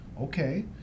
okay